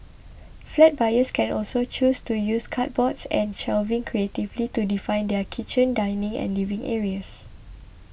flat buyers can also choose to use cupboards and shelving creatively to define their kitchen dining and living areas